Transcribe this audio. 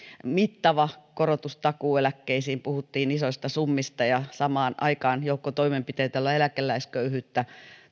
mittava korotus takuueläkkeisiin puhuttiin isoista summista ja samaan aikaan joukosta toimenpiteitä joilla eläkeläisköyhyyttä